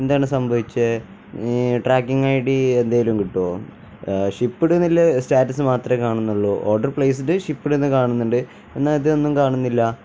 എന്താണ് സംഭവിച്ചേ ഈ ട്രാക്കിംഗ് ഐ ഡി എന്തേലും കിട്ടുമോ ഷിപ്പ്ഡെന്നല്ല സ്റ്റാറ്റസ് മാത്രമേ കാണുന്നുള്ളു ഓർഡർ പ്ലേസ്ഡ് ഷിപ്ഡെന്നു കാണുന്നുണ്ട് എന്നാല് ഇതൊന്നും കാണുന്നില്ല